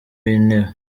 w’intebe